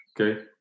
Okay